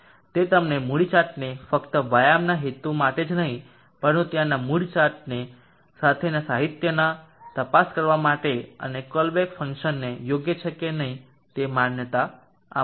તે તમને મૂડ ચાર્ટને ફક્ત વ્યાયામના હેતુ માટે જ નહીં પરંતુ ત્યાંના મૂડ્ડ ચાર્ટ સાથેના સાહિત્યમાં તપાસ કરવા માટે અને કોલેબ્રુક ફંકશનને યોગ્ય છે કે નહીં તે માન્યતા આપશે